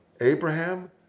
Abraham